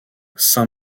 saint